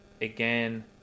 again